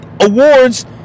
Awards